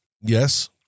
Yes